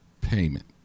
payment